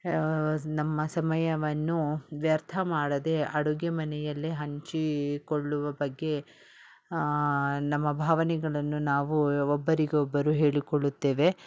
ನಮ್ಮ ಸಮಯವನ್ನು ವ್ಯರ್ಥ ಮಾಡದೆ ಅಡುಗೆ ಮನೆಯಲ್ಲೇ ಹಂಚಿಕೊಳ್ಳುವ ಬಗ್ಗೆ ನಮ್ಮ ಭಾವನೆಗಳನ್ನು ನಾವು ಒಬ್ಬರಿಗೆ ಒಬ್ಬರು ಹೇಳಿಕೊಳ್ಳುತ್ತೇವೆ